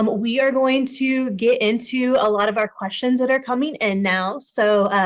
um we are going to get into a lot of our questions that are coming in now. so